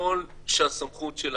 ככל שהסמכות של השלטון,